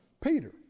Peter